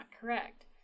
correct